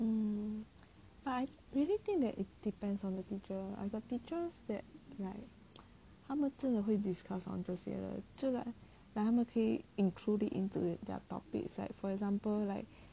um but I really think that depends on the teacher I got teachers that like 他们真的会 discuss on 这些就 like like 他们可以 include it into their topics like for example like